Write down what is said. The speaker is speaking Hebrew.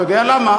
אתה יודע למה?